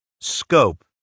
Scope